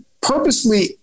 purposely